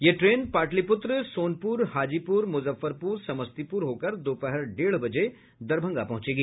यह ट्रेन पाटलिपुत्र सोनपुर हाजीपुर मुजफ्फरपुर समस्तीपुर होकर दोपहर डेढ़ बजे दरभंगा पहुँचेगी